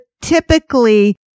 typically